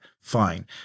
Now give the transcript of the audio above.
fine